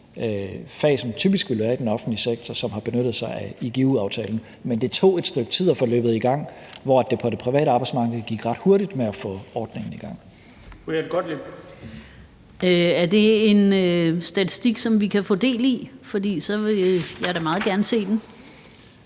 fag, som typisk vil være i den offentlige sektor, som har benyttet sig af i igu-aftalen, men det tog et stykke tid at få løbet i gang, hvor det på det private arbejdsmarked gik ret hurtigt med at få ordningen i gang. Kl. 13:33 Den fg. formand (Bent Bøgsted): Fru Jette